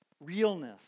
realness